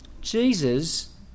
Jesus